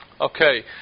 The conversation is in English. Okay